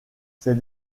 ses